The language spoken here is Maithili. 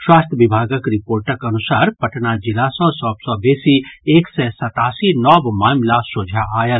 स्वास्थ्य विभागक रिर्पोटक अनुसार पटना जिला सँ सभ सँ बेसी एक सय सतासी नव मामिला सोझा आयल